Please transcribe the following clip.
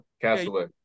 Castaway